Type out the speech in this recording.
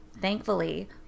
thankfully